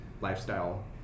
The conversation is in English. lifestyle